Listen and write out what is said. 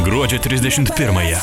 gruodžio trisdešimt pirmąją